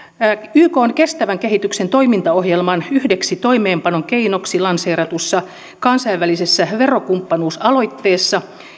ykn kestävän kehityksen toimintaohjelman yhdeksi toimeenpanon keinoksi lanseeratussa kansainvälisessä verokumppanuusaloitteessa